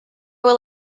will